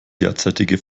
derzeitige